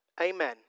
Amen